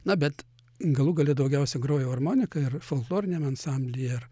na bet galų gale daugiausia grojau armonika ir folkloriniame ansamblyje ir